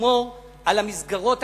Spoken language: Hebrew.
לשמור על המסגרות הקיימות,